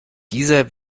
dieser